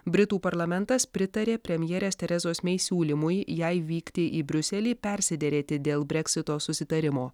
britų parlamentas pritarė premjerės teresos mei siūlymui jai vykti į briuselį persiderėti dėl breksito susitarimo